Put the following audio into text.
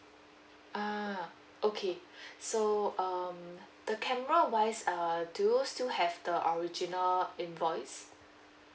ah okay so um the camera wise err do you still have the original invoice